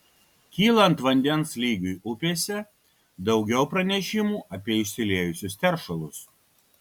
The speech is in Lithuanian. kylant vandens lygiui upėse daugiau pranešimų apie išsiliejusius teršalus